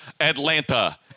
Atlanta